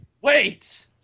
Wait